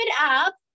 up